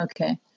Okay